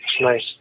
nice